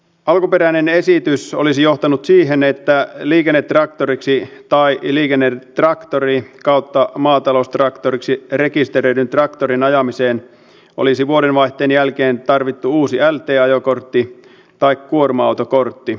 alkuperäinen esitys olisi johtanut siihen että liikennetraktoriksi tai liikennetraktoriksi kautta maataloustraktoriksi rekisteröidyn traktorin ajamiseen olisi vuodenvaihteen jälkeen tarvittu uusi lt ajokortti tai kuorma autokortti